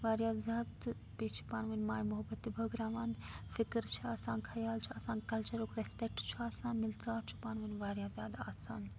واریاہ زیادٕ تہٕ بیٚیہِ چھِ پانہٕ وٲنۍ ماے محبت تہِ بٲگراوان فِکر چھِ آسان خَیال چھُ آسان کَلچَرُک ریٚسپیٚکٹ چھُ آسان مِل ژار چھُ پانہٕ وٲنۍ واریاہ زیادٕ آسان